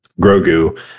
Grogu